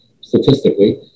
statistically